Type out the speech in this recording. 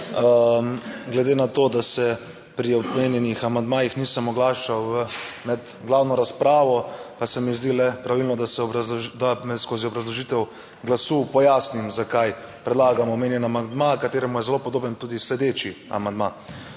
Glede na to, da se pri omenjenih amandmajih nisem oglašal med glavno razpravo, pa se mi zdi le pravilno, da se da skozi obrazložitev glasu pojasnim, zakaj predlagam omenjeni amandma, kateremu je zelo podoben tudi sledeči amandma.